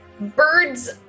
Birds